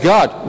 God